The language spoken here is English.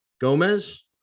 Gomez